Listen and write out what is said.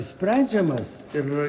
sprendžiamas ir